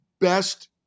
best